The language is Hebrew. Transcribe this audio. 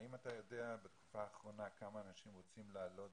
האם אתה יודע בתקופה האחרונה כמה אנשים רוצים לעלות